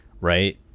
Right